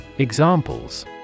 Examples